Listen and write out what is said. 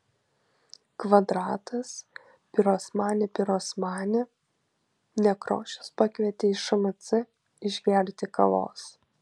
kvadratas pirosmani pirosmani nekrošius pakvietė į šmc išgerti kavos